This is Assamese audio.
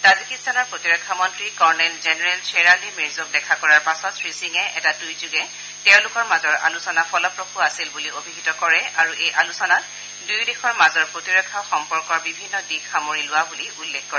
তাজিকিস্তানৰ প্ৰতিৰক্ষা মন্ত্ৰী কৰ্ণেল জেনেৰেল শ্বেৰালী মিৰ্জোক দেখা কৰাৰ পাছত শ্ৰীসিঙে এটা টুইটযোগে তেওঁলোকৰ মাজৰ আলোচনা ফলপ্ৰসূ আছিল বুলি অভিহিত কৰে আৰু এই আলোচনাত দুয়ো দেশৰ মাজৰ প্ৰতিৰক্ষা সম্পৰ্কৰ বিভিন্ন দিশ সামৰি লোৱা বুলি উল্লেখ কৰে